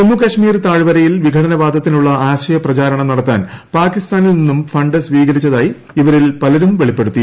ജമ്മു കശ്മീർ താഴ്വരയിൽ വിഘടനവാദത്തിനുള്ള ആശയ പ്രചരണം നടത്താൻ പാകിസ്ഥാനിൽ നിന്നും ഫണ്ട് സ്വീകരിച്ചതായി ഇവരിൽ പലരും വെളിപ്പെടുത്തി